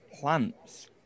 plants